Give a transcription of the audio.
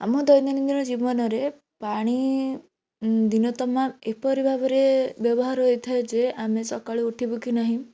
ଆମ ଦୈନନ୍ଦିନ ଜୀବନରେ ପାଣି ଦିନତମାମ୍ ଏପରି ଭାବରେ ବ୍ୟବହାର ହୋଇଥାଏ ଯେ ଆମେ ସକାଳୁ ଉଠିବୁ କି ନାହିଁ